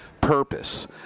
purpose